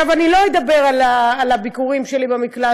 אני לא אדבר על הביקורים שלי במקלט,